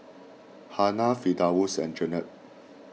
Hana Firdaus and Jenab